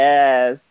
Yes